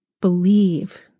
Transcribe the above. believe